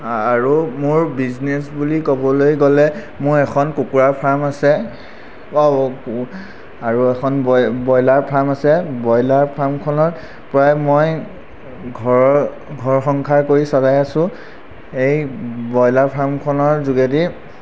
আৰু মোৰ বিজনেচ বুলি ক'বলৈ গ'লে মোৰ এখন কুকুৰা ফাৰ্ম আছে আৰু এখন ব্ৰইলাৰ ফাৰ্ম আছে ব্ৰইলাৰ ফাৰ্মখনৰপৰাই মই ঘৰ ঘৰ সংসাৰ কৰি চলাই আছোঁ এই ব্ৰইলাৰ ফাৰ্মখনৰ যোগেদি